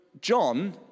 John